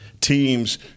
teams